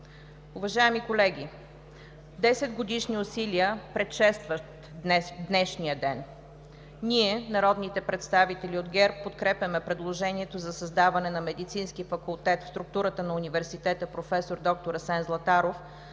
Уважаеми колеги, 10-годишни усилия предшестват днешния ден. Ние, народните представители от ГЕРБ, подкрепяме предложението за създаване на Медицински факултет в структурата на университета „Проф. д-р Асен Златаров“,